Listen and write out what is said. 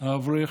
האברך